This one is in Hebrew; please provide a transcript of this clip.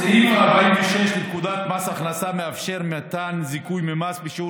סעיף 46 לפקודת מס הכנסה מאפשר מתן זיכוי ממס בשיעור